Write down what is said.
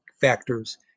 factors